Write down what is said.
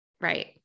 right